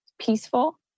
peaceful